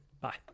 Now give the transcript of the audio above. Bye